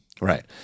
Right